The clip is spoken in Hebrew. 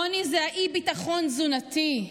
עוני זה האי-ביטחון התזונתי,